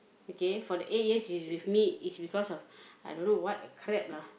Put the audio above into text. okay for the eight years he's with me is because of I don't know what the crap lah